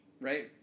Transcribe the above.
Right